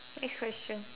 next question